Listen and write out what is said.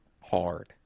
hard